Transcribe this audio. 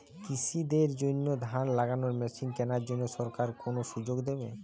কৃষি দের জন্য ধান লাগানোর মেশিন কেনার জন্য সরকার কোন সুযোগ দেবে?